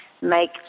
make